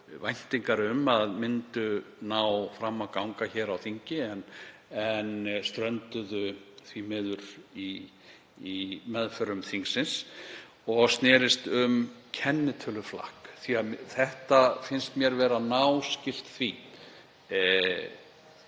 væntingar um að myndu ná fram að ganga hér á þingi en strönduðu því miður í meðförum þingsins og snerist um kennitöluflakk, því að þetta finnst mér vera náskylt því.